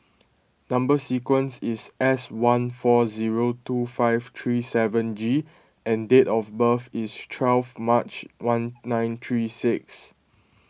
Number Sequence is S one four zero two five three seven G and date of birth is twelve March one nine three six